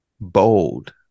bold